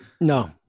no